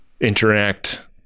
interact